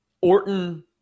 Orton